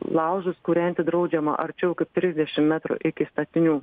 laužus kūrenti draudžiama arčiau kaip trisdešim metrų iki statinių